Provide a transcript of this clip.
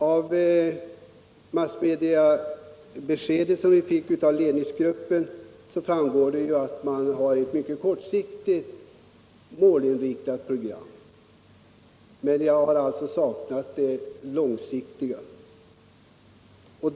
Av det massmediabesked som ledningsgruppen lämnat framgår att man har ett mycket kortsiktigt målinriktat program. Jag saknar alltså ett långsiktigt program.